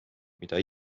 mida